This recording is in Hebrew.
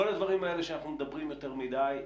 כל הדברים האלה שאנחנו מדברים עליהם יותר מדי,